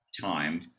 time